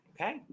Okay